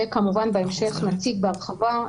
וכמובן בהמשך נציג בהרחבה,